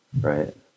right